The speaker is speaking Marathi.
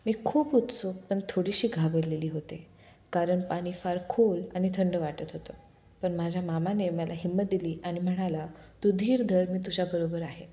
मी खूप उत्सुक पणथोडीशी घाबवलेली होते कारण पाणी फार खोल आणि थंड वाटत होतं पण माझ्या मामाने मला हिंमत दिली आणि म्हणाला तू धीर धर मी तुझ्याबरोबर आहे